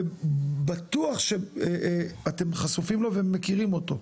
ובטוח שאתם חשופים לו ומכירים אותו,